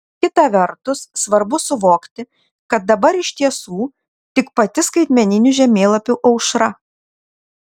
kita vertus svarbu suvokti kad dabar iš tiesų tik pati skaitmeninių žemėlapių aušra